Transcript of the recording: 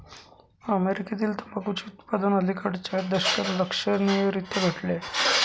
अमेरीकेतील तंबाखूचे उत्पादन अलिकडच्या दशकात लक्षणीयरीत्या घटले आहे